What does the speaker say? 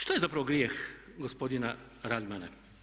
Što je zapravo grijeh gospodina Radmana?